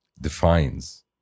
Defines